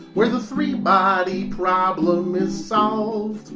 where the three-body problem is solved.